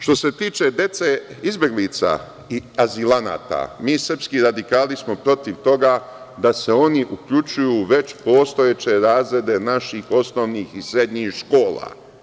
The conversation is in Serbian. Što se tiče dece izbeglica i azilanata, mi srpski radikali smo protiv toga da se oni uključuju u već postojeće razrede naših osnovnih i srednjih škola.